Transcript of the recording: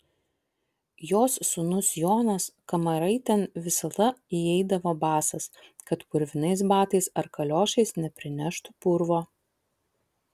jos sūnus jonas kamaraitėn visada įeidavo basas kad purvinais batais ar kaliošais neprineštų purvo